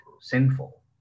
sinful